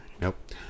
Nope